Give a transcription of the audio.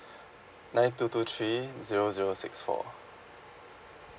nine two two three zero zero six four